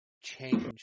change